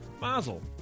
Mazel